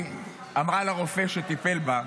-- אמרה לרופא שטיפל בה: